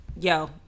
Yo